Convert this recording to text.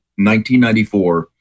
1994